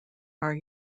are